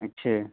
اچھا